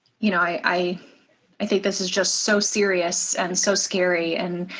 you know, i i think this is just so serious and so scary. and